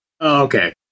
Okay